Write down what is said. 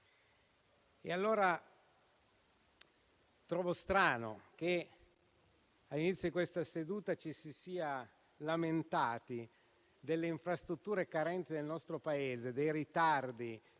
Trovo dunque strano che, all'inizio di questa seduta, ci si sia lamentati delle infrastrutture carenti nel nostro Paese, dei ritardi